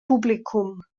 publicum